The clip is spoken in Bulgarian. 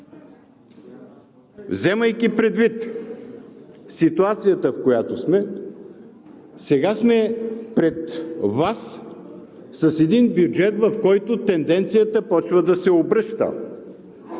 Вземайки предвид ситуацията, в която сме сега, пред Вас е един бюджет, в който тенденцията започва да се обръща.